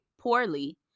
poorly